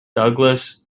douglas